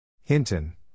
Hinton